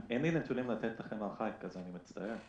אין לי נתונים לתת לכם, אני מצטער.